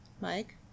Mike